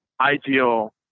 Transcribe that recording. ideal